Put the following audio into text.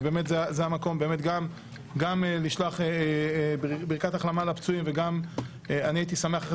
ובאמת זה המקום באמת גם לשלוח ברכת החלמה לפצועים וגם אני שמח אחרי